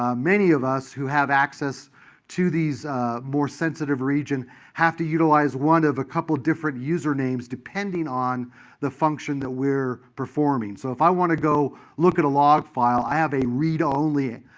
ah many of us who have access to these more sensitive regions have to utilize one of a couple different usernames, depending on the function that we're performing. so, if i want to go look at a log file, i have a read-only